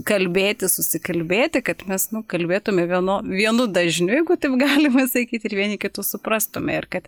kalbėtis susikalbėti kad mes nu kalbėtume vieno vienu dažniu jeigu taip galima sakyt ir vieni kitus suprastume ir kad